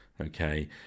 Okay